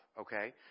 okay